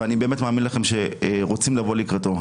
ואני מאמין לכם שרוצים לבוא לקראתו.